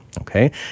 Okay